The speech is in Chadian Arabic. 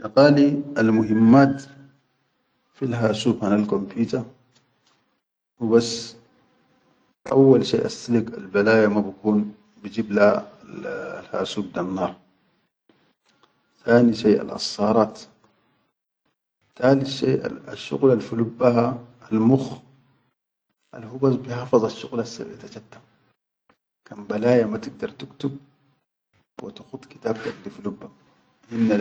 Assaqali al muhimmal fil hasub hanal kompita hubas awwal shai assilik al balaya ma bikun bijib le al-hasub da annar, tani shaiʼ al assarat, talit shai asshuqul al-fi lubbaha almukh al hubas bihafazasshai assawweta chatta, kan balaya ma tigdar tuktub wa tikhud kitabtak di fi hubba.